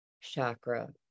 chakra